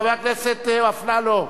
חבר הכנסת אפללו,